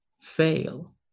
fail